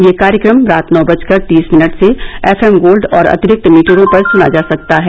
यह कार्यक्रम रात नौ बजकर तीस मिनट से एफएम गोल्ड और अतिरिक्त मीटरों पर सुना जा सकता है